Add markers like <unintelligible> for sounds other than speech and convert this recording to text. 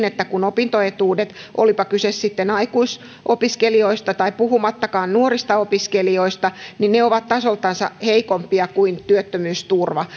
<unintelligible> että kun opintoetuudet olipa kyse sitten aikuisopiskelijoista tai puhumattakaan nuorista opiskelijoista ovat tasoltansa heikompia kuin työttömyysturva <unintelligible>